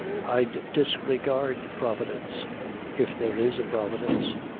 i'd disregard providence if there is a providence.